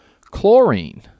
Chlorine